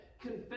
Confess